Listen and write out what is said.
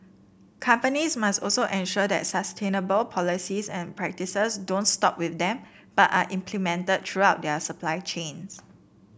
companies must also ensure that sustainable policies and practices don't stop with them but are implemented throughout their supply chains